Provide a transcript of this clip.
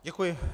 Děkuji.